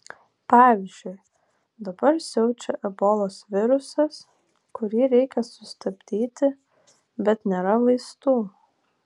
pavyzdžiui dabar siaučia ebolos virusas kurį reikia sustabdyti bet nėra vaistų